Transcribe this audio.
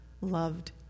loved